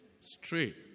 Straight